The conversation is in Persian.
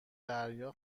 دریا